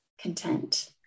content